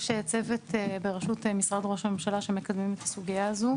יש צוות בראשות משרד ראש הממשלה שמקדם את הסוגיה הזו.